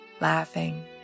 laughing